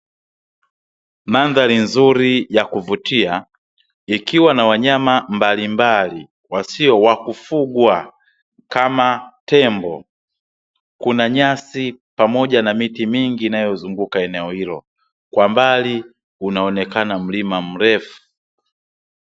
Mandhari nzuri ya kuvutia, ikiwa na wanyama mbalimbali wasio wa kufugwa kama tembo. Kuna nyasi pamoja na miti mingi inayozunguka eneo hilo, kwa mbali unaonekana mlima mrefu.